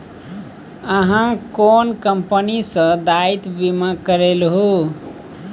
अहाँ कोन कंपनी सँ दायित्व बीमा करेलहुँ